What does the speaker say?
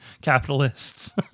capitalists